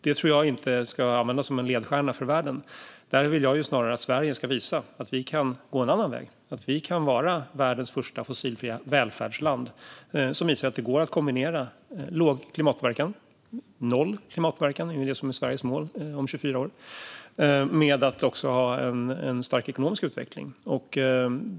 Det tror jag inte ska användas som en ledstjärna för världen. Här vill jag snarare att Sverige ska visa att vi kan gå en annan väg, vara världens första fossilfria välfärdsland och visa att det går att kombinera låg klimatpåverkan - noll klimatpåverkan om 24 år är ju Sveriges mål - med att också ha en stark ekonomisk utveckling.